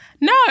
No